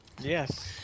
Yes